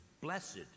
blessed